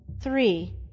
three